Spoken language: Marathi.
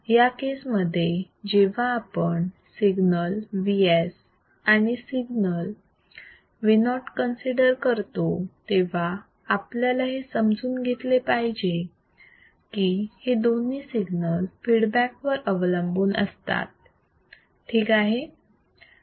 या केस मध्ये जेव्हा आपण सिग्नल Vs आणि सिग्नल Vo कन्सिडर करतो तेव्हा आपल्याला हे समजून घेतले पाहिजे की हे दोन्ही सिग्नल फीडबॅक वर अवलंबून असतात ठीक आहे